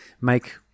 make